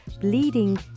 bleeding